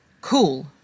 Cool